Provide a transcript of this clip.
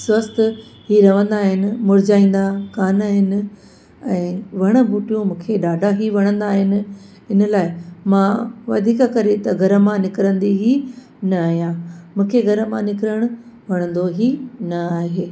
स्वस्थ ई रहंदा आहिनि मुरिझाईंदा कोन आहिनि ऐं वण ॿूटियूं मूंखे ॾाढा ई वणंदा आहिनि इन लाइ मां वधीक करे त घरु मां निकिरंदी ई न आहियां मूंखे घरु मां निकिरण वणंदो ई न आहे